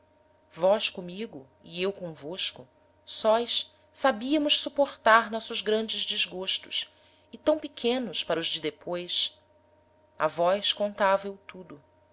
vós comigo e eu convosco sós sabiamos suportar nossos grandes desgostos e tam pequenos para os de depois a vós contava eu tudo